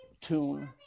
tune